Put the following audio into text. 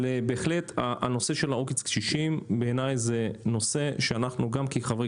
אבל בהחלט הנושא של העוקץ קשישים בעיניי זה נושא שאנחנו גם כחברי